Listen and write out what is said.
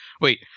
Wait